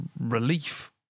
relief